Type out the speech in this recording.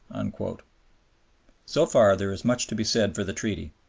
and so far there is much to be said for the treaty.